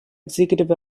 executive